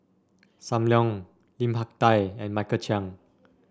Sam Leong Lim Hak Tai and Michael Chiang